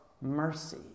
mercy